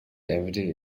evident